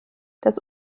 das